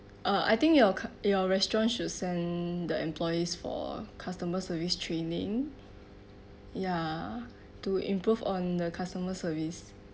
uh I think your cus~ your restaurants should send the employees for customer service training ya to improve on the customer service